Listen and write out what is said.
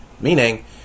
meaning